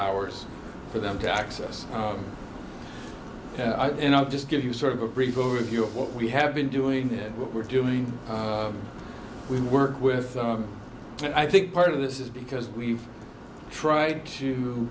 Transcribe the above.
hours for them to access and i'll just give you sort of a brief overview of what we have been doing and what we're doing we work with i think part of this is because we've tried to